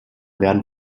werden